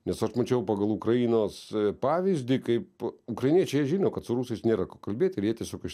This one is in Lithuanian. nes aš mačiau pagal ukrainos pavyzdį kaip ukrainiečiai žino kad su rusais nėra ko kalbėti ir jie tiesiog iš